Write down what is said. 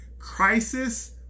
crisis